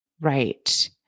Right